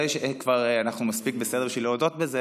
שאנחנו כבר מספיק בסדר בשביל להודות בזה,